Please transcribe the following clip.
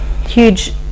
huge